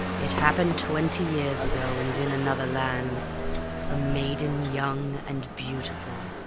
it happened twenty years ago, and in another land a maiden young and beautiful,